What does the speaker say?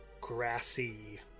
grassy